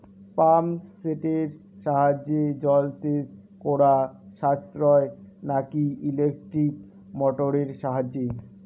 Pump সেটের সাহায্যে জলসেচ করা সাশ্রয় নাকি ইলেকট্রনিক মোটরের সাহায্যে?